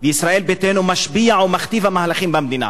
וישראל ביתנו משפיע ומכתיב מהלכים במדינה,